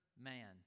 man